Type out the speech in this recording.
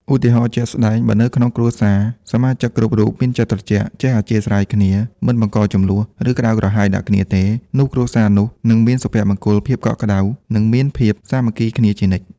ឧទាហរណ៍ជាក់ស្ដែង បើនៅក្នុងគ្រួសារ សមាជិកគ្រប់រូបមានចិត្តត្រជាក់ ចេះអធ្យាស្រ័យគ្នា មិនបង្កជម្លោះ ឬក្ដៅក្រហាយដាក់គ្នាទេ នោះគ្រួសារនោះនឹងមានសុភមង្គល ភាពកក់ក្ដៅ និងមានភាពសាមគ្គីគ្នាជានិច្ច។